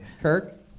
Kirk